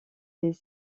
des